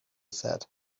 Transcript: said